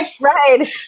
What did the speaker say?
Right